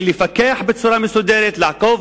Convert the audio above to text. של פיקוח בצורה מסודרת, מעקב